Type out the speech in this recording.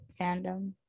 fandom